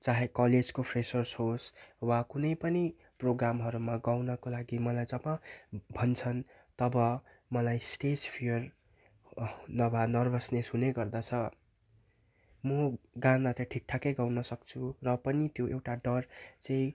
चाहे कलेजको फेसर्स होस् वा कनै पनि प्रोगामहरूमा गाउनको लागि मलाई जब भन्छन् तब मलाई स्टेज फियर नभा नर्भसनेस हुने गर्दछ म गाना त ठिकठाकै गाउन सक्छु र पनि त्यो एउटा डर चाहिँ